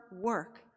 work